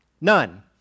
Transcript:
None